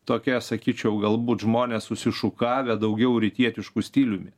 tokie sakyčiau galbūt žmonės susišukavę daugiau rytietišku stiliumi